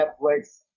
Netflix